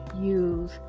use